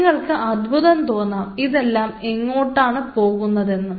നിങ്ങൾക്ക് അത്ഭുതം തോന്നാം ഇതെല്ലാം എങ്ങോട്ടാണ് പോകുന്നതെന്ന്